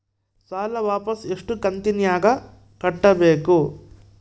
ಸಾಲ ವಾಪಸ್ ಎಷ್ಟು ಕಂತಿನ್ಯಾಗ ಕಟ್ಟಬೇಕು?